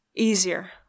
easier